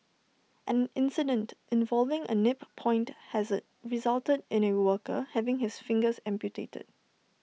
an incident involving A nip point hazard resulted in A worker having his fingers amputated